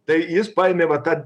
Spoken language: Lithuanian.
tai jis paėmė va tą